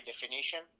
definition